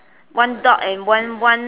one dot and one one